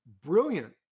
brilliant